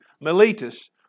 Miletus